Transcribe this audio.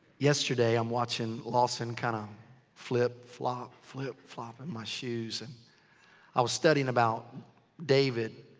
yesterday, i'm watching lawson kinda flip flop. flip flop in my shoes. and i was studying about david.